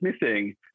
missing